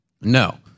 No